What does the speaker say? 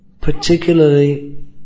Particularly